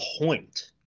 point